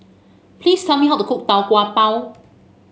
please tell me how to cook Tau Kwa Pau